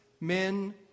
men